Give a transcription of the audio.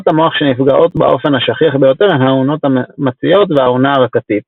אונות המוח שנפגעות באופן השכיח ביותר הן האונות המציות והאונה הרקתית.